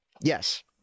yes